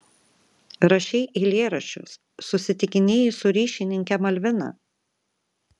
rašei eilėraščius susitikinėjai su ryšininke malvina